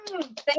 Thank